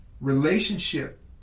relationship